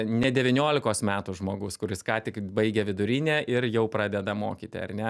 ne devyniolikos metų žmogus kuris ką tik baigė vidurinę ir jau pradeda mokyti ar ne